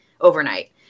overnight